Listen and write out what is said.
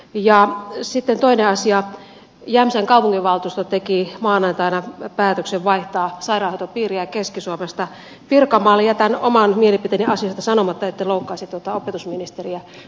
ja sitten toinen asia on jämsän kaupunginvaltuusto teki maanantaina päätöksen vaihtaa sairaanhoitopiiriä keski suomesta pirkanmaalle jätän oman mielipiteeni asiasta sanomatta etten loukkaisiteta opetusministeriä